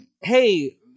Hey